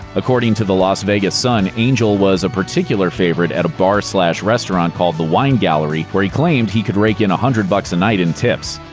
according to the las vegas sun, angel was a particular favorite at a bar-slash-restaurant called the wine gallery, where he claims he could rake in a hundred bucks a night in tips.